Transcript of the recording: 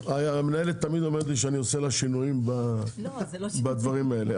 המנהלת תמיד אומרת לי שאני עושה לה שינויים בדברים האלה.